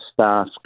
staff